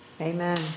Amen